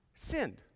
sinned